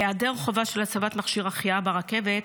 היעדר חובה של הצבת מכשיר החייאה ברכבת,